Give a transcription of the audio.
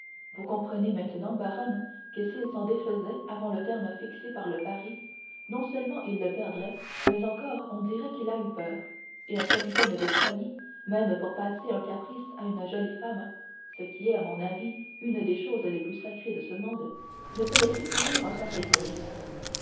vous comprenez maintenant baronne que s'il s'en défaisait avant le terme fixé par le pari non seulement il le perdrait mais encore on dirait qu'il a eu peur et un capitaine de spahis même pour passer un caprice à une jolie femme ce qui est à mon avis une des choses les plus sacrées de ce monde ne peut laisser courir un pareil bruit